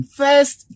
first